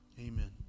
amen